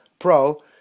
Pro